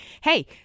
Hey